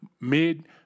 mid